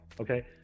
Okay